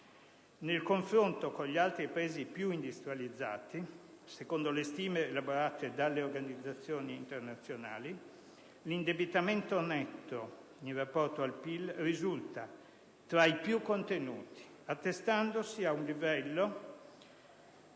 Nel confronto con gli altri Paesi più industrializzati, secondo le stime elaborate dalle organizzazioni internazionali, l'indebitamento netto in rapporto al PIL risulta tra i più contenuti. Per essere chiari,